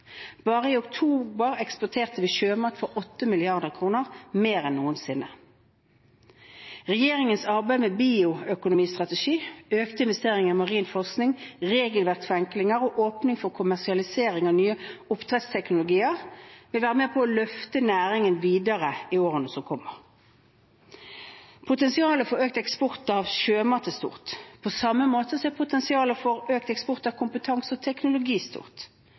Bare i oktober eksporterte vi sjømat for 8 mrd. kr – mer enn noensinne. Regjeringens arbeid med bioøkonomistrategi, økte investeringer i marin forskning, regelverksforenklinger og åpning for kommersialisering av nye oppdrettsteknologier vil være med på å løfte næringen videre i årene som kommer. Potensialet for økt eksport av sjømat er stort. På samme måte er potensialet stort for økt eksport av kompetanse og